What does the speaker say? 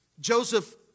Joseph